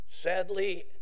Sadly